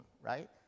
right